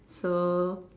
so